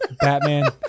Batman